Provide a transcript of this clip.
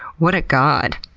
what a god.